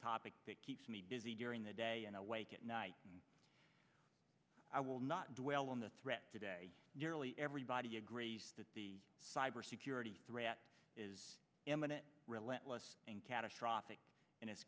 topic that keeps me busy during the day and awake at night i will not dwell on the threat today nearly everybody agrees that the cyber security threat is imminent relentless and catastrophic and it's